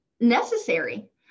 necessary